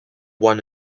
one